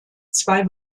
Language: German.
zwei